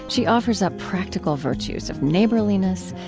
she offers up practical virtues of neighborliness,